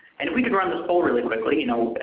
and if we could run this poll really quickly, you know,